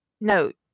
note